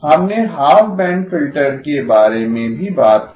हमने half band filter के बारे में भी बात की